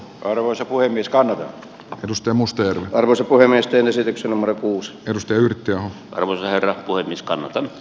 arvoisa puhemies kalevi kivistö musta ja armas puhemiesten esityksen varakkuus ja köyhdyttyä herra kuin niskaan on